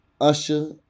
Usher